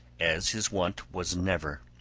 as his wont was never.